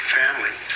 family